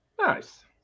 nice